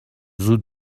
زود